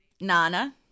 nana